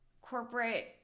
corporate